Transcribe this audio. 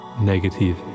negative